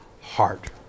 heart